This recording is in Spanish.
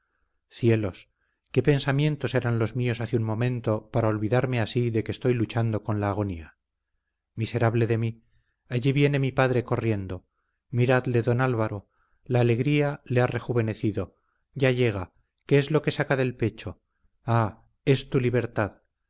cielos qué pensamientos eran los míos hace un momento para olvidarme así de que estoy luchando con la agonía miserable de mí allí viene mi padre corriendo miradle don álvaro la alegría le ha rejuvenecido ya llega qué es lo que saca del pecho ah es tu libertad